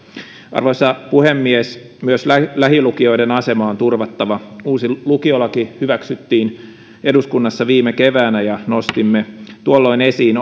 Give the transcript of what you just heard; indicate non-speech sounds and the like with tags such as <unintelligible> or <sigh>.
arvoisa puhemies myös lähilukioiden asema on turvattava uusi lukiolaki hyväksyttiin eduskunnassa viime keväänä ja nostimme tuolloin esiin <unintelligible>